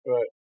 Right